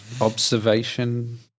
Observation